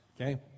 Okay